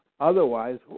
Otherwise